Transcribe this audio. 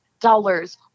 dollars